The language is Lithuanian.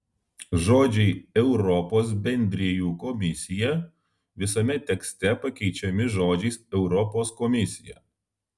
žodžiai europos bendrijų komisija visame tekste pakeičiami žodžiais europos komisija